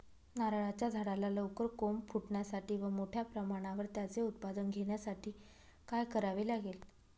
नारळाच्या झाडाला लवकर कोंब फुटण्यासाठी व मोठ्या प्रमाणावर त्याचे उत्पादन घेण्यासाठी काय करावे लागेल?